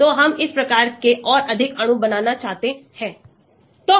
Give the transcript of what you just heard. तो हम इस प्रकार के और अधिक अणु बनाना चाहते है